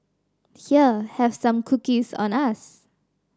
here have some cookies on us